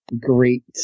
great